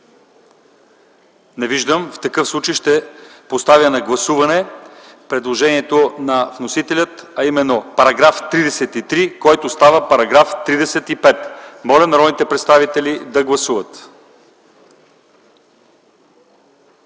Не виждам. В такъв случай ще поставя на гласуване предложението на вносителя, а именно § 33, който става § 35. Моля народните представители да гласуват.